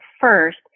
first